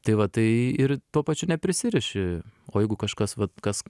tai va tai ir tuo pačiu neprisiriši o jeigu kažkas vat kas